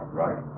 right